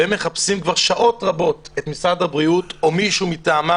והם מחפשים כבר שעות רבות את משרד הבריאות או מישהו מטעמם,